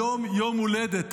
היום יום הולדת.